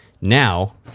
Now